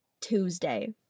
Tuesday